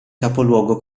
capoluogo